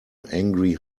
angry